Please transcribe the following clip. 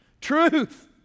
truth